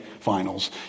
finals